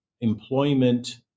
employment